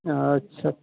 अच्छा